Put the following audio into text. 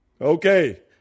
Okay